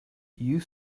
you